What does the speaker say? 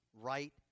right